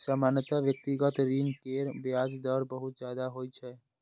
सामान्यतः व्यक्तिगत ऋण केर ब्याज दर बहुत ज्यादा होइ छै